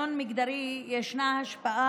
אני יכולה לומר שלמדינת ישראל יש עוד דרך ארוכה לעשות,